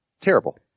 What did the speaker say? Terrible